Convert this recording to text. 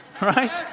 right